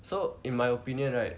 so in my opinion right